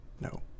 no